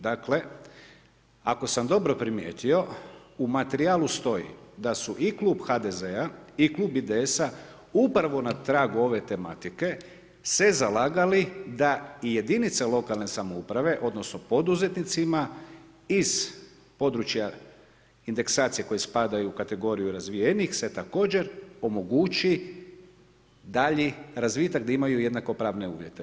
Dakle, ako sam dobro primijetio u materijalu stoji da su i klub HDZ-a i klub IDS-a upravo na tragu ove tematike se zalagali da i jedinice lokalne samouprave, odnosno poduzetnicima iz područja indeksacije koje spadaju u kategoriju razvijenijih se također omogući dalji razvitak, da imaju jednakopravne uvjete.